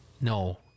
No